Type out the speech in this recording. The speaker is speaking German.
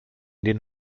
den